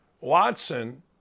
Watson